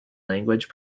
language